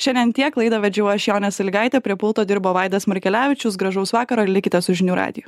šiandien tiek laidą vedžiau aš jonė salygaitė prie pulto dirbo vaidas markelevičius gražaus vakaro likite su žinių radiju